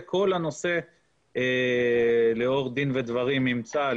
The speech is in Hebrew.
וכל הנושא לאור דין ודברים עם צה"ל,